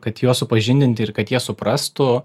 kad juos supažindinti ir kad jie suprastų